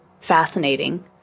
fascinating